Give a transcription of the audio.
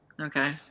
Okay